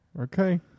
Okay